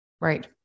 Right